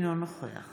אינו נוכח